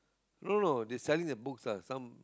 no no they selling the books ah some